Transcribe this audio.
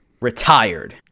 retired